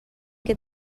que